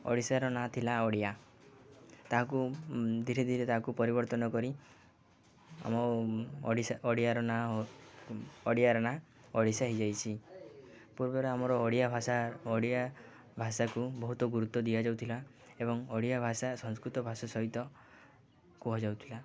ଓଡ଼ିଶାର ନାଁ ଥିଲା ଓଡ଼ିଆ ତାହାକୁ ଧୀରେ ଧୀରେ ତାହାକୁ ପରିବର୍ତ୍ତନ କରି ଆମ ଓଡ଼ିଶା ଓଡ଼ିଆର ନାଁ ଓଡ଼ିଆର ନାଁ ଓଡ଼ିଶା ହୋଇଯାଇଛି ପୂର୍ବରୁ ଆମର ଓଡ଼ିଆ ଭାଷା ଓଡ଼ିଆ ଭାଷାକୁ ବହୁତ ଗୁରୁତ୍ୱ ଦିଆଯାଉଥିଲା ଏବଂ ଓଡ଼ିଆ ଭାଷା ସଂସ୍କୃତ ଭାଷା ସହିତ କୁହାଯାଉଥିଲା